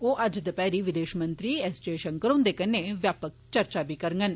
ओ अज्ज दपैह्री विदेश मंत्री एस जयशंकर हुंदे कन्नै व्यापक चर्चा करगंन